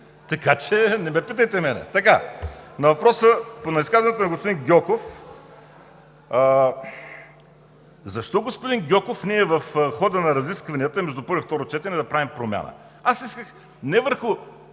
така че не ме питайте мен! На изказването на господин Гьоков – защо, господин Гьоков, ние в хода на разискванията между първо и второ четене да правим промяна? Аз исках не върху